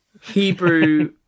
Hebrew